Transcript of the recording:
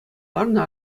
ларнӑ